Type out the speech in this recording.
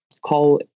call